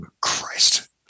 Christ